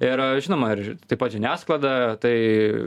ir žinoma ir taip pat žiniasklaida tai